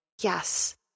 Yes